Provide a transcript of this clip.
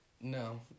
No